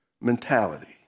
mentality